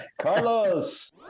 Carlos